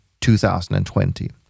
2020